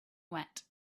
wet